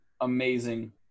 amazing